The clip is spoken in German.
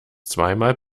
zweimal